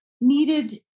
needed